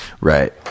right